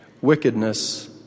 Wickedness